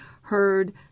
heard